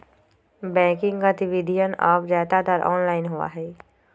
banking गतिविधियन अब ज्यादातर ऑनलाइन होबा हई